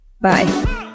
Bye